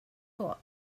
for